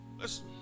listen